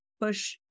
push